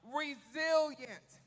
resilient